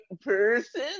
person